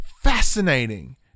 fascinating